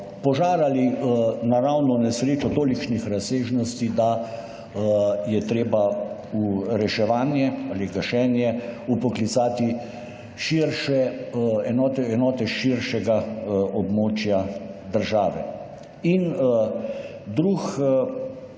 požar ali naravno nesrečo tolikšnih razsežnosti, da je treba v reševanje ali gašenje vpoklicati širše, enote širšega območja države. In drugi